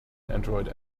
android